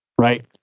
Right